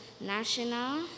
National